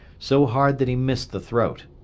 so hard that he missed the throat.